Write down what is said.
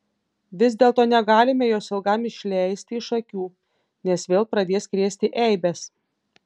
vis dėlto negalime jos ilgam išleisti iš akių nes vėl pradės krėsti eibes